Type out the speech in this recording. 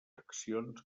accions